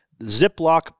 Ziploc